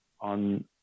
on